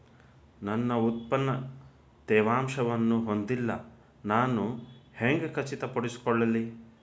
ನನ್ನ ಉತ್ಪನ್ನ ತೇವಾಂಶವನ್ನು ಹೊಂದಿಲ್ಲಾ ನಾನು ಹೆಂಗ್ ಖಚಿತಪಡಿಸಿಕೊಳ್ಳಲಿ?